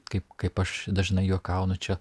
kaip kaip aš dažnai juokauju čia